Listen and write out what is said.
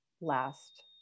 last